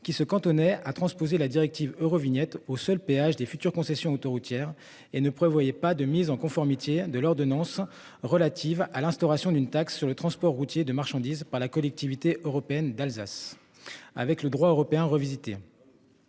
qui se cantonnaient à transposer la directive Eurovignette au seul des futures concessions autoroutières et ne prévoyait pas de mise en conformité de l'ordonnance relative à l'instauration d'une taxe sur le transport routier de marchandises par la collectivité européenne d'Alsace. Avec le droit européen revisité.--